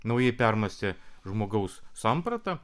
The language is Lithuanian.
naujai permąstė žmogaus sampratą